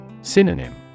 Synonym